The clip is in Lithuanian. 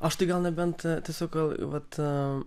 aš tai gal nebent tiesiog gal vat